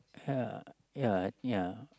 ya ya ya